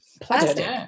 plastic